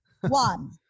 one